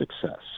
success